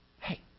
Hey